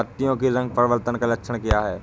पत्तियों के रंग परिवर्तन का लक्षण क्या है?